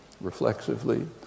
reflexively